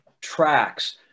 tracks